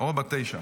אור בת תשע.